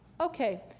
okay